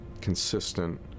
consistent